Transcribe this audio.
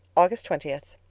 august twentieth.